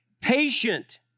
patient